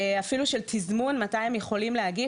אפילו של תזמון מתי הם יכולים להגיש,